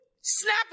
snap